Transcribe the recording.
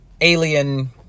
alien